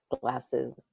glasses